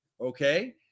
Okay